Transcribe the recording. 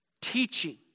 Teaching